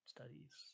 studies